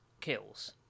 kills